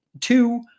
two